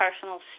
personal